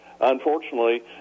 Unfortunately